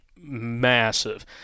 massive